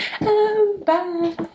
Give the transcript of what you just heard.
Bye